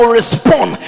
respond